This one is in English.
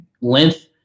Length